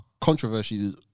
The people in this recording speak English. controversies